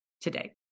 today